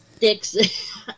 dicks